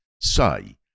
say